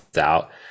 out